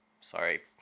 Sorry